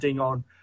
on